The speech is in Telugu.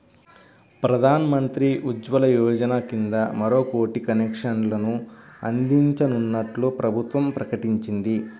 ప్రధాన్ మంత్రి ఉజ్వల యోజన కింద మరో కోటి కనెక్షన్లు అందించనున్నట్లు ప్రభుత్వం ప్రకటించింది